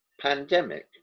pandemic